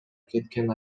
кеткен